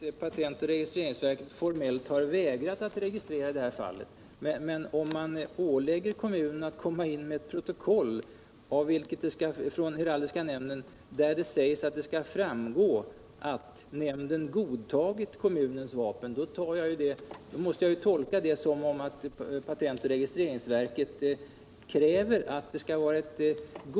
Herr talmart! Patent och registreringsverket har inte formellt vägrat att registrera i detta fall. Men om man ålägger kommunen att komma in med ett protokoll från heraldiska nämnden, av vilket det skall framgå att nämnden godtagit kommunens vapen, måste det tolkas så att patent och registreringsverket kräver ett godkännande yttrande från heraldiska nämnden, och det kan väl ändå inte heller vara utskottstalesmannens mening att det skall vara på det sättet. | Herr talman!